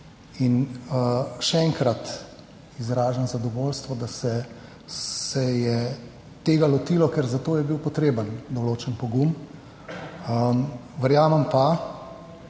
In še enkrat izražam, zadovoljstvo, da se je tega lotilo, ker za to je bil potreben določen pogum, verjamem pa,